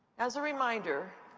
as a reminder,